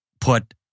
put